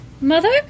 mother